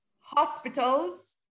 hospitals